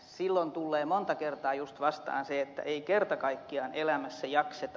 silloin tullee monta kertaa just vastaan se että ei kerta kaikkiaan elämässä jakseta